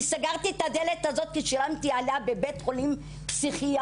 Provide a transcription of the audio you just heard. אני סגרתי את הדלת הזאת כי שילמתי עליה בבית חולים פסיכיאטרי,